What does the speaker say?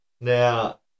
Now